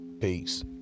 Peace